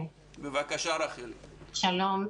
שלום,